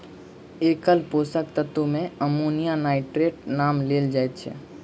एकल पोषक तत्व मे अमोनियम नाइट्रेटक नाम लेल जाइत छै